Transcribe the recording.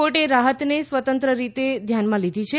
કોર્ટે રાહતને સ્વતંત્ર રીતે ધ્યાનમાં લીધી છે